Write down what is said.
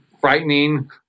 frightening